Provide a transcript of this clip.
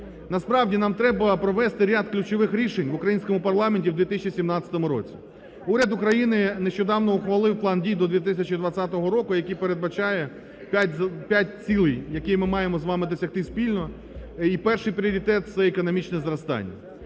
Насправді нам треба провести ряд ключових рішень в українському парламенті у 2017 році. Уряд України нещодавно ухвалив план дій до 2020 року, який передбачає п'ять цілей, які ми маємо з вами досягти спільно, і перший пріоритет це економічне зростання.